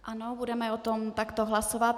Ano, budeme o tom takto hlasovat.